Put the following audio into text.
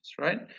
right